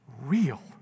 real